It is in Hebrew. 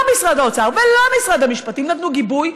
לא משרד האוצר ולא משרד המשפטים נתנו גיבוי.